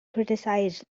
criticized